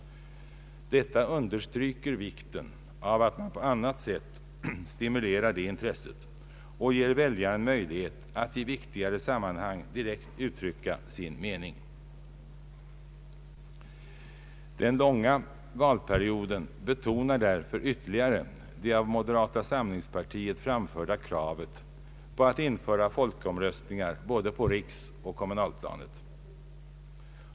Detta understryker vikten av att man på annat sätt stimulerar det intresset och ger väljaren möjlighet att i viktigare sammanhang direkt uttrycka sin mening. Den långa valperioden betonar därför ytterligare det av moderata samlingspartiet framförda kravet på att införa folkomröstningar på både riksoch Allmänpolitisk debatt kommunalplanet.